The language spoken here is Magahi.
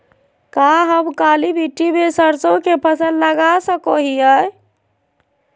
का हम काली मिट्टी में सरसों के फसल लगा सको हीयय?